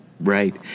Right